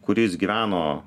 kuris gyveno